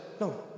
no